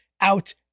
out